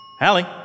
Hallie